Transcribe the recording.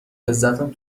عزتم